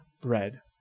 bread